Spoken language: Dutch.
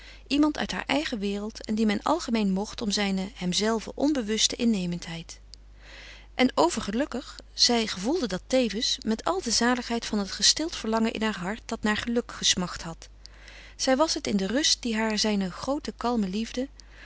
iemand uit haar eigen wereld en dien men algemeen mocht om zijne hemzelve onbewuste innemendheid en overgelukkig zij gevoelde dat tevens met al de zaligheid van het gestild verlangen in haar hart dat naar geluk gesmacht had zij was het in de rust die haar zijne groote kalme liefde